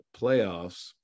playoffs